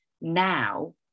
now